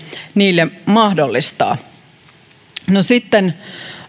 niille mahdollistaa